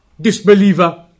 disbeliever